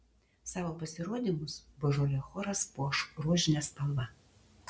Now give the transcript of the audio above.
savo pasirodymus božolė choras puoš rožine spalva